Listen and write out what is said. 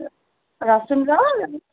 ৰহ চোন ৰহ